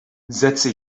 setzte